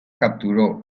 capturó